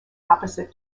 opposite